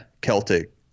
Celtic